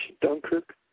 Dunkirk